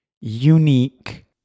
unique